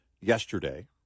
yesterday